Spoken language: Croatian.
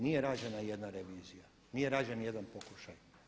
Nije rađena jedna revizija, nije rađen nijedan pokušaj.